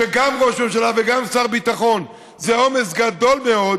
שגם ראש ממשלה וגם שר ביטחון זה עומס גדול מאוד,